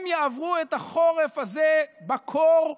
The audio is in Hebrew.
יעברו את החורף הזה בקור,